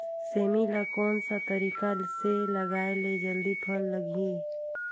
सेमी ला कोन सा तरीका से लगाय ले जल्दी फल लगही?